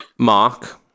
mark